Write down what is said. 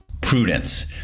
prudence